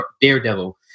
Daredevil